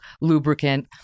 lubricant